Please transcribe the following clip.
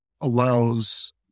allows